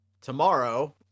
tomorrow